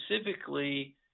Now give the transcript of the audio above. specifically